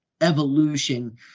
evolution